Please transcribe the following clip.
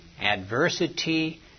adversity